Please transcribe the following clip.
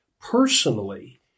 personally